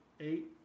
eight